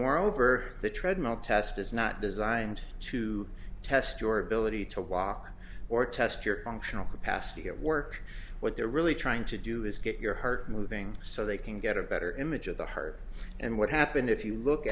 moreover the treadmill test is not designed to test your ability to walk or test your functional capacity at work what they're really trying to do is get your heart moving so they can get a better image of the heart and what happened if you look